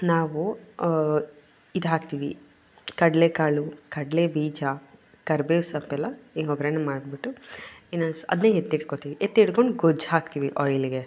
ನಾವು ಇದು ಹಾಕ್ತೀವಿ ಕಡಲೆಕಾಳು ಕಡಲೆಬೀಜ ಕರ್ಬೇವು ಸೊಪ್ಪೆಲ್ಲ ಈ ಒಗ್ಗರಣೆ ಮಾಡಿಬಿಟ್ಟು ಇನ್ನೊಂದು ಸ್ವ ಅದನ್ನೇ ಎತ್ತಿಟ್ಕೋತಿವಿ ಎತ್ತಿಟ್ಕೊಂಡು ಗೊಜ್ಜು ಹಾಕ್ತೀವಿ ಆಯ್ಲಿಗೆ